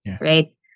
Right